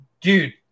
Dude